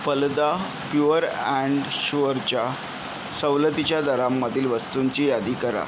Phalada pure and शुअरच्या सवलतीच्या दरांमधील वस्तूंची यादी करा